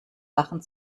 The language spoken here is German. lachen